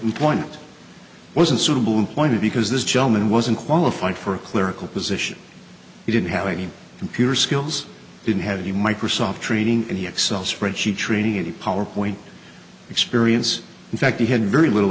point wasn't suitable employment because this gentleman wasn't qualified for a clerical position he didn't have any computer skills didn't have any microsoft training and he excel spreadsheet training at the power point experience in fact he had very little